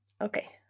Okay